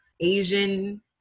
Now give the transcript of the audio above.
Asian